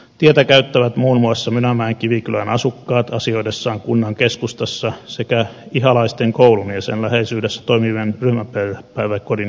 tietä käyttävät muun muassa mynämäen kivikylän asukkaat asioidessaan kunnan keskustassa sekä ihalaisten koulun ja sen läheisyydessä toimivan ryhmäperhepäiväkodin käyttäjät